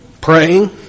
praying